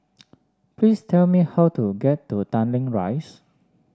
please tell me how to get to Tanglin Rise